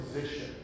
position